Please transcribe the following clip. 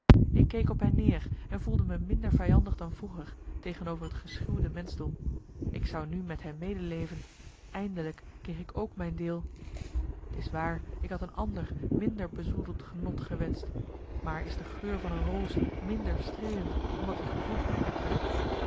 ik keek op hen neer en voelde me minder vijandig dan vroeger tegenover het geschuwde menschdom ik zou nu met hen medeleven eindelijk kreeg ik ook mijn deel t is waar ik had een ander minder bezoedeld genot gewenscht maar is de geur van een roos minder streelend omdat i gevoed wordt met drek